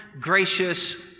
gracious